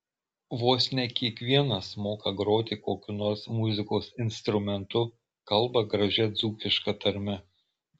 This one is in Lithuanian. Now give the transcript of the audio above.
vos ne kiekvienas moka groti kokiu nors muzikos instrumentu kalba gražia dzūkiška tarme